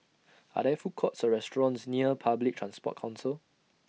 Are There Food Courts Or restaurants near Public Transport Council